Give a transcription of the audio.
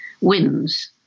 wins